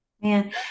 Man